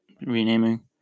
renaming